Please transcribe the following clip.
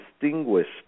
Distinguished